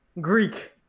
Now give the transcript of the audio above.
Greek